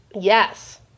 Yes